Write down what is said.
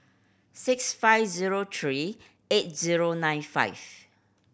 six five zero three eight zero nine five